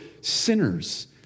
sinners